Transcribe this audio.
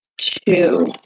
two